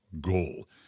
goal